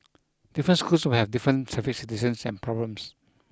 different schools will have different traffic situations and problems